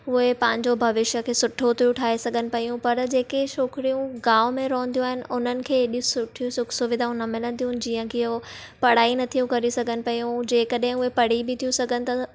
उहे पंहिंजो भविष्य खे सुठो थियूं ठाहे सघनि पियूं पर जेके छोकिरियूं गांव में रहिंदियूं आहिनि उन्हनि खे एॾी सुठियूं सुख सुविधाऊं न मिलंदियू आहिनि जीअं कि हू पढ़ाई न थियूं करे सघनि पियूं जेकॾहिं उहे पढ़ी बि थियूं सघनि त